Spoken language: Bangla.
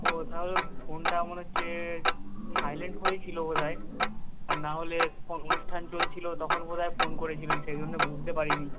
ও তাহলে ফোনটা মনে হচ্ছে সাইলেন্ট হয়েছিল বোধহয় আর না হলে অনুষ্ঠান চলছিল তখন বোধহয় ফোন করেছিলেন সেই জন্যে বুঝতে পারিনি